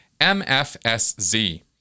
MFSZ